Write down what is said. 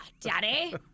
Daddy